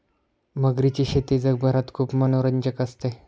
मगरीची शेती जगभरात खूप मनोरंजक असते